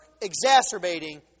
exacerbating